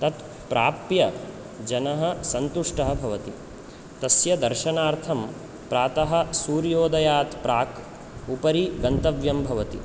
तत् प्राप्य जनः सन्तुष्टः भवति तस्य दर्शनार्थं प्रातः सूर्योदयात् प्राक् उपरि गन्तव्यं भवति